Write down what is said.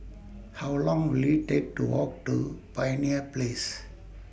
How Long Will IT Take to Walk to Pioneer Place